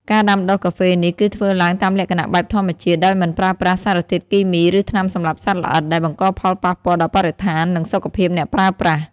ការដាំដុះកាហ្វេនេះ គឺធ្វើឡើងតាមលក្ខណៈបែបធម្មជាតិ ដោយមិនប្រើប្រាស់សារធាតុគីមី ឬថ្នាំសម្លាប់សត្វល្អិត ដែលបង្កផលប៉ះពាល់ដល់បរិស្ថាន និងសុខភាពអ្នកប្រើប្រាស់។